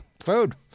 food